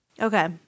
Okay